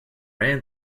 aunt